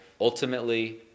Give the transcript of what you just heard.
ultimately